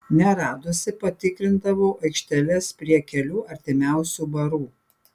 neradusi patikrindavau aikšteles prie kelių artimiausių barų